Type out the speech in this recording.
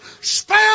spell